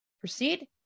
Proceed